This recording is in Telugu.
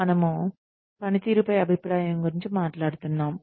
మనము పనితీరుపై అభిప్రాయం గురించి మాట్లాడుతున్నాము